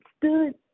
stood